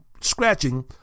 scratching